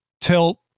tilt